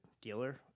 dealer